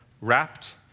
wrapped